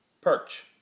perch